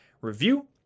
review